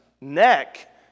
neck